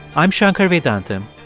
i'm shankar vedantam,